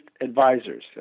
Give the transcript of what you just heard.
advisors